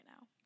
now